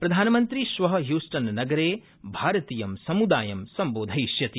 प्रधानमन्त्री श्व ह्युस्टननगरे भारतीयं समुदायं सम्बोधयिष्यति